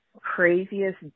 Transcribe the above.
craziest